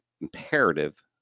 imperative